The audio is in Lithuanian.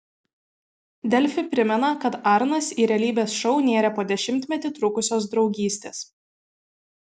delfi primena kad arnas į realybės šou nėrė po dešimtmetį trukusios draugystės